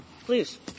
Please